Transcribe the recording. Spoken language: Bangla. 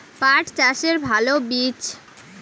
পাঠ চাষের ভালো বীজ?